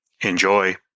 Enjoy